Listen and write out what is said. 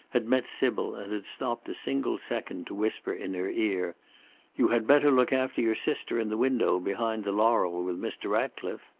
had met sybil and had stopped a single second to whisper in her ear you had better look after your sister, in the window, behind the laurel with mr. ratcliffe!